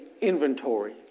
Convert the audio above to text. inventory